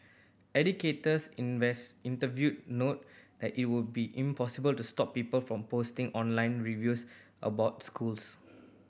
educators invest interviewed noted that it would be impossible to stop people from posting online reviews about schools